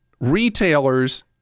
Retailers